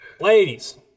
ladies